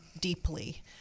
deeply